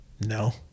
No